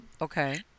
Okay